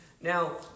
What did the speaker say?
Now